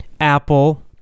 Apple